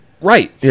Right